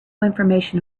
information